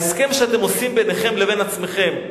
ההסכם שאתם עושים ביניכם לבין עצמכם,